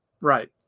Right